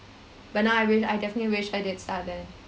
but now I wish I definitely wish I did start then